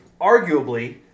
arguably